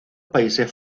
países